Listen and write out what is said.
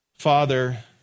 Father